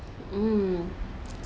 mm